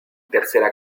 tercera